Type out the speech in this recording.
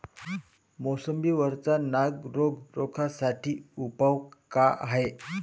मोसंबी वरचा नाग रोग रोखा साठी उपाव का हाये?